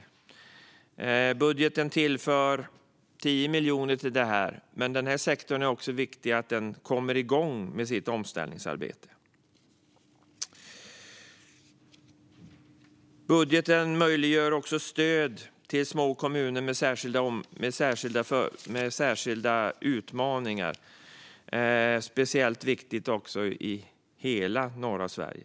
I budgeten tillförs 10 miljoner till detta, men det är också viktigt att denna sektor kommer igång med sitt omställningsarbete. Budgeten möjliggör också stöd till små kommuner med särskilda utmaningar; detta är speciellt viktigt i hela norra Sverige.